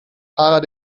fahrer